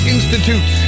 Institute